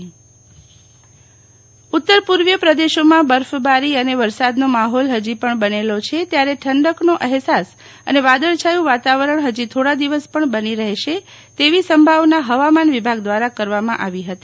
શીતલબેન વૈષ્ણવ હવામાન ઉત્તરપુર્વીય પ્રદેશોમાં બર્ફબારી અને વરસાદનો માહોલ ફજી પણ બનેલો છે ત્યારે ઠંડકનો અફેસાસ અને વાદળછાયુ વાતાવરણ ફજી થોડા દિવસ પણ બની રહેશે તેવી સંભાવના હવામાન વિભાગ દ્રારા કરવામાં આવી હતી